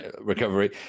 recovery